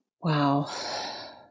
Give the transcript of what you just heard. Wow